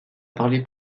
parlé